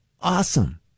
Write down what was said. awesome